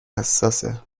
حساسه